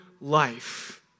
life